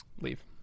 leave